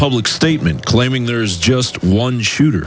public statement claiming there's just one shooter